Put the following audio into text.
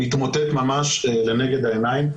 מתמוטט ממש לנגד העיניים.